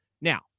Now